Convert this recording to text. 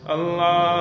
Allah